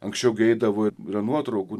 anksčiau gi eidavo yra nuotraukų